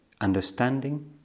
understanding